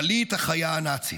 פליט החיה הנאצית.